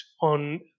on